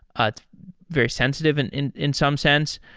ah it's very sensitive and in in some sense.